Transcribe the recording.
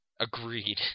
Agreed